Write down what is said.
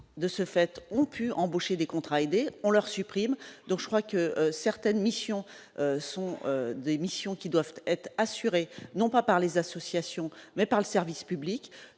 de ce fait on pu embaucher des contrats aidés, on leur supprime donc je crois que certaines missions sont des missions qui doivent être assurés non pas par les associations, mais par le service public,